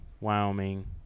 Wyoming